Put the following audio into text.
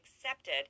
accepted